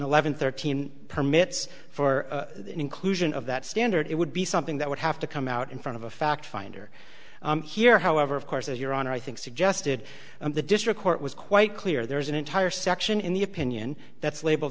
eleven thirteen permits for inclusion of that standard it would be something that would have to come out in front of a fact finder here however of course as your honor i think suggested the district court was quite clear there is an entire section in the opinion that's label